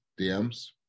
DMs